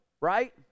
right